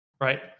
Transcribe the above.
right